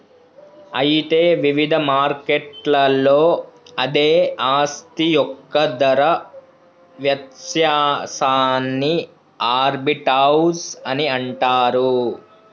అయితే వివిధ మార్కెట్లలో అదే ఆస్తి యొక్క ధర వ్యత్యాసాన్ని ఆర్బిటౌజ్ అని అంటారు